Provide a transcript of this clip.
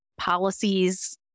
policies